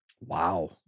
Wow